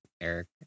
Eric